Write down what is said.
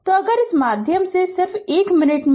तो अगर इस माध्यम से सिर्फ 1 मिनट ले